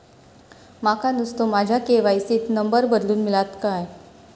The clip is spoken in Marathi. माका नुस्तो माझ्या के.वाय.सी त नंबर बदलून मिलात काय?